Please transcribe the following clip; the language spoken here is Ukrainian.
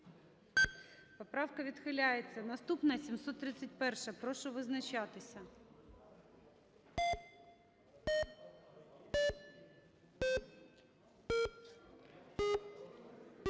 Поправка відхиляється. 747. Прошу визначатися.